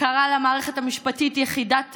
קרא למערכת המשפטית "יחידת טרור".